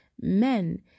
men